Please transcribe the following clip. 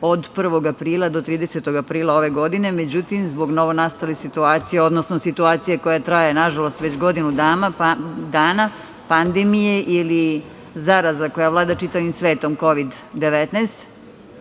od 1. aprila do 30. aprila ove godine, međutim, zbog novonastale situacije, odnosno situacije koja traje nažalost već godinu dana, pandemije ili zaraza koja vlada čitavim svetom Kovid 19,